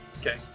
Okay